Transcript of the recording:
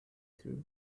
through